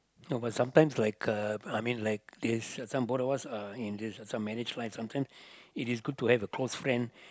no sometimes like a I mean this some both of us uh in this some marriage life sometimes it is good to have a close friend